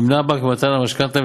הבנק נמנע ממתן המשכנתה,